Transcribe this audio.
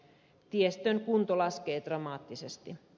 tiestön kunto laskee dramaattisesti